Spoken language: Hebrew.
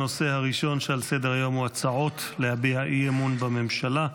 הנושא הראשון על סדר-היום הוא הצעות להביע אי-אמון בממשלה.